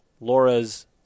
laura's